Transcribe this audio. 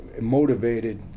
motivated